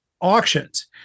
auctions